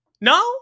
No